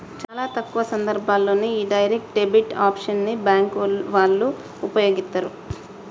చాలా తక్కువ సందర్భాల్లోనే యీ డైరెక్ట్ డెబిట్ ఆప్షన్ ని బ్యేంకు వాళ్ళు వుపయోగిత్తరు